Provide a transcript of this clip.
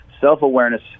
Self-awareness